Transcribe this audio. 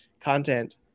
content